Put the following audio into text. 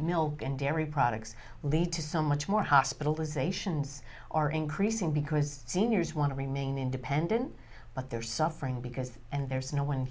milk and dairy products lead to so much more hospitalizations are increasing because seniors want to remain independent but they're suffering because and there's no one